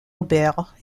aubert